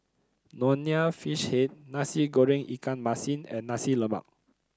Nonya Fish Head Nasi Goreng Ikan Masin and Nasi Lemak